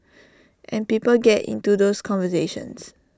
and people get into those conversations